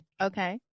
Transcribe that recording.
okay